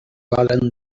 varen